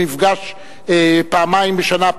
מפגש פעמיים בשנה,